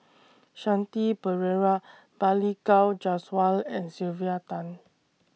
Shanti Pereira Balli Kaur Jaswal and Sylvia Tan